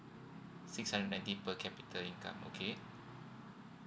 six hundred ninety per capita income okay